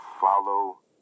Follow